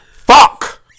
Fuck